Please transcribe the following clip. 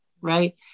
right